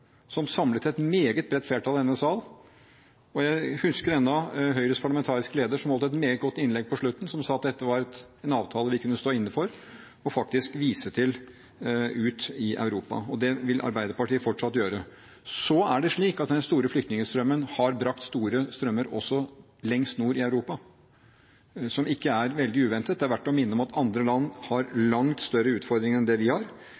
som samlet et meget bredt flertall i denne sal. Og jeg husker ennå Høyres parlamentariske leder, som holdt et meget godt innlegg på slutten, der han sa at dette var en avtale vi kunne stå inne for og faktisk vise til ute i Europa, og det vil Arbeiderpartiet fortsatt gjøre. Så er det slik at den store flyktningstrømmen har brakt store strømmer også lengst nord i Europa, som ikke er veldig uventet. Det er verdt å minne om at andre land har langt større utfordringer enn det vi har,